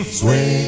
swing